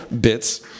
bits